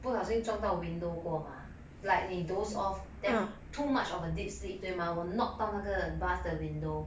不小心撞到 window 过 mah like 你 doze off then too much of a deep sleep 对吗我 knock 到那个 bus 的 window